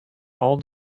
all